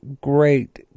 great